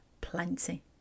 plenty